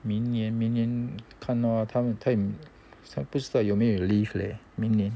明年明年看 lor 他们不知道有没有 leave leh 明年